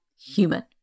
human